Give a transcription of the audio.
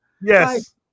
yes